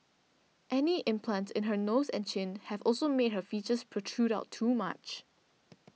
any implants in her nose and chin have also made her features protrude out too much